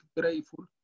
grateful